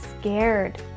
scared